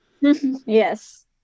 Yes